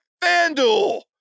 FanDuel